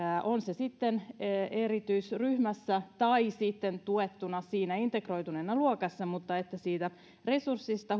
on lapsi sitten erityisryhmässä tai tuettuna integroituneena luokassa resurssista